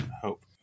hope